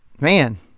man